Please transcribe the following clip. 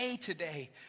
today